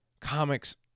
Comics